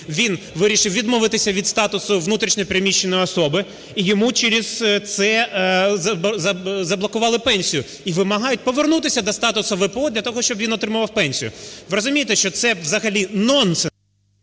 він вирішив відмовитися від статусу внутрішньо переміщеної особи і йому через це заблокували пенсію і вимагають повернутися до статусу ВПО для того, щоб він отримував пенсію. Ви розумієте, що це взагалі нонсенс!